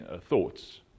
thoughts